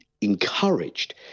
encouraged